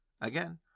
again